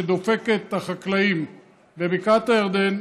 שדופקת את החקלאים בבקעת הירדן,